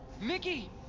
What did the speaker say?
Mickey